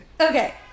okay